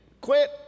Quit